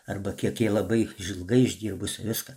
arba kiek jai labai iš ilgai išdirbus viską